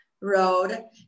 road